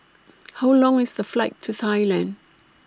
How Long IS The Flight to Thailand